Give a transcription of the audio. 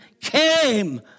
came